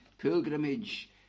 pilgrimage